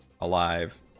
alive